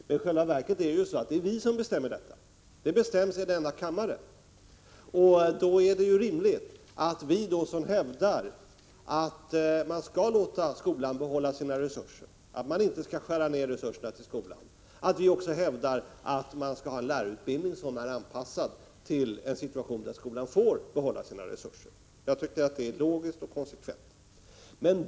Men i själva verket är det vi som bestämmer detta — här i denna kammare. Då är det rimligt att vi som hävdar att man skall låta skolan behålla sina resurser och inte skära ned dem, också hävdar att man skall ha en lärarutbildning som är anpassad till'en situation där skolan får behålla sina resurser. Det är logiskt och konsekvent.